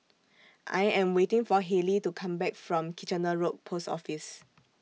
I Am waiting For Halley to Come Back from Kitchener Road Post Office